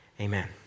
amen